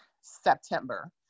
September